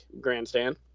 Grandstand